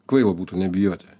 kvaila būtų nebijoti